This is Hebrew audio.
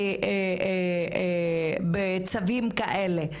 בצווים כאלה.